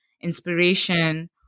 inspiration